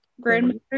grandmother